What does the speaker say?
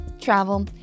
travel